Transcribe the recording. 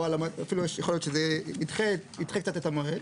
או אפילו יכול להיות שזה ידחה קצת את המועד.